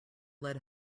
led